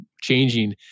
changing